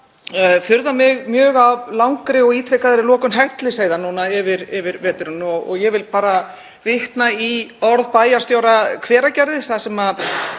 furða mig mjög á langri og ítrekaðri lokun Hellisheiðar núna yfir veturinn. Ég vil bara vitna í orð bæjarstjóra Hveragerðis þar sem